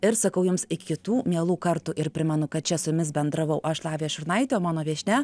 ir sakau jums iki kitų mielų kartų ir primenu kad čia su jumis bendravau aš lavija šurnaitė o mano viešnia